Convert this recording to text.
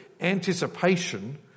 anticipation